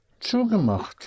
zugemacht